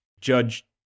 Judge